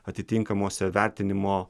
atitinkamuose vertinimo